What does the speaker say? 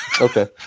Okay